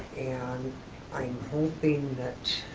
and i'm hoping that,